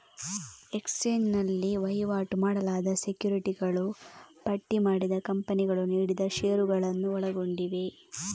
exchange ನಲ್ಲಿ ವಹಿವಾಟು ಮಾಡಲಾದ ಸೆಕ್ಯುರಿಟಿಗಳು ಪಟ್ಟಿ ಮಾಡಿದ ಕಂಪನಿಗಳು ನೀಡಿದ ಷೇರುಗಳನ್ನು ಒಳಗೊಂಡಿವೆ